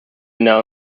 now